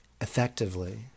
effectively